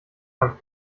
beim